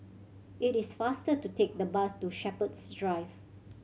it is faster to take the bus to Shepherds Drive